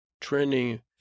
Trending